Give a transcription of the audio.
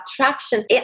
attraction